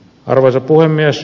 arvoisa puhemies